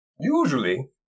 Usually